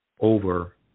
over